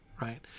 right